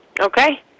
Okay